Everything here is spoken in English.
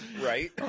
Right